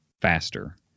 faster